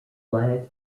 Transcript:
flat